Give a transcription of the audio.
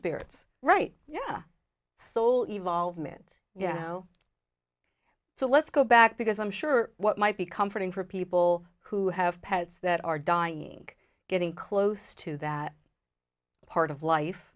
spirits right yeah soul evolve meant you know so let's go back because i'm sure what might be comforting for people who have pets that are dying getting close to that part of life